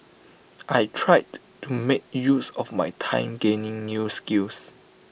I tried to make use of my time gaining new skills